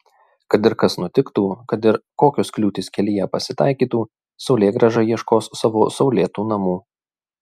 kad ir kas nutiktų kad ir kokios kliūtys kelyje pasitaikytų saulėgrąža ieškos savo saulėtų namų